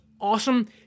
awesome